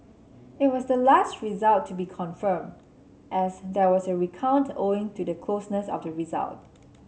it was the last result to be confirmed as there was a recount owing to the closeness of the result